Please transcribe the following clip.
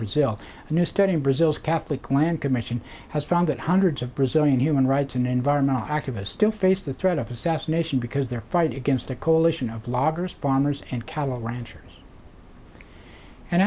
brazil a new study in brazil's catholic land commission has found that hundreds of brazilian human rights and environmental activists still face the threat of assassination because they're fighting against a coalition of bloggers farmers and callow ranchers and